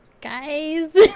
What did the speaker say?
Guys